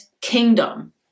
kingdom